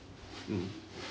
mm